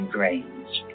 Grange